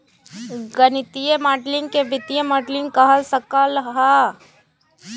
गणितीय माडलिंग के वित्तीय मॉडलिंग कह सक ल ह